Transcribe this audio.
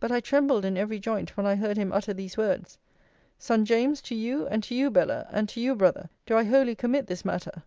but i trembled in every joint, when i heard him utter these words son james, to you, and to you bella, and to you, brother, do i wholly commit this matter.